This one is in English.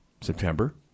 September